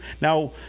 Now